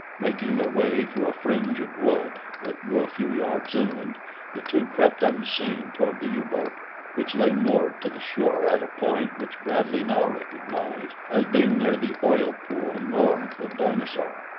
making their way through a fringe of wood that grew a few yards inland the two crept unseen toward the u-boat which lay moored to the shore at a point which bradley now recognized as being near the oil-pool north of dinosaur.